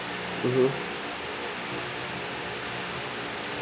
mmhmm